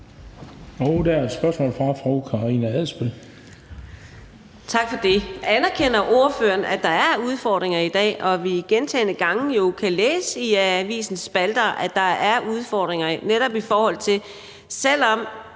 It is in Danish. Anerkender ordføreren, at der er udfordringer i dag, og at vi jo gentagne gange kan læse i avisernes spalter, at der er udfordringer netop i forhold til den